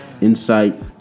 insight